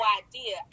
idea